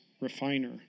refiner